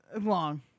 Long